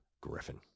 Griffin